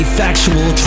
factual